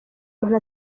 umuntu